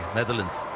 Netherlands